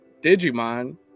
Digimon